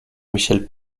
michel